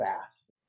fast